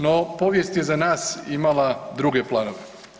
No povijest je za nas imala druge planove.